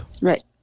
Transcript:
Right